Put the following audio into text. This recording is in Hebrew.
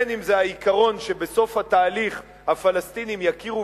בין שזה העיקרון שבסוף התהליך הפלסטינים יכירו